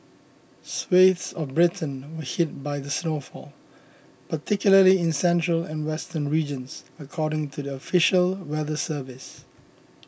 swathes of Britain were hit by the snowfall particularly in central and western regions according to the official weather service